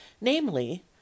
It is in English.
namely